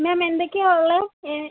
മാം എന്തൊക്കെയാണ് ഉള്ളത് ഏ